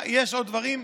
יש עוד דברים.